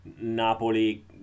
Napoli